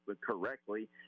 correctly